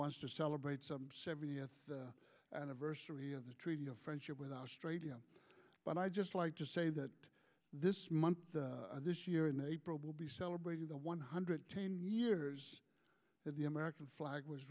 wants to celebrate some seventieth anniversary of the treaty of friendship with australia but i just like to say that this month this year in april we'll be celebrating the one hundred ten years of the american flag was